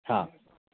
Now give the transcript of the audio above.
हाँ